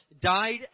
died